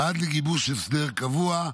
ועד לגיבוש הסדר קבוע,